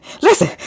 listen